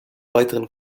weiteren